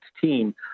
team